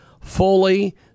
fully